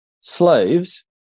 Slaves